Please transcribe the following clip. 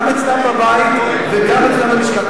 גם אצלן בבית וגם אצלו בלשכה.